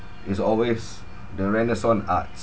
is always the renaissance arts